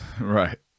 Right